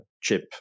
chip